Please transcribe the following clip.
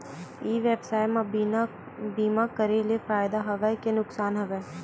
ई व्यवसाय म बीमा करे ले फ़ायदा हवय के नुकसान हवय?